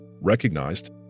recognized